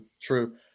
true